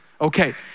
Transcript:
Okay